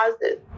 causes